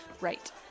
Right